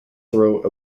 throw